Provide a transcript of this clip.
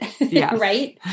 right